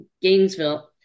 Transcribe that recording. Gainesville